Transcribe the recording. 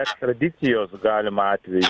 ekstradicijos galimą atvejį